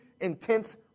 intense